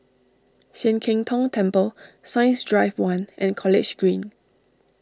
Sian Keng Tong Temple Science Drive one and College Green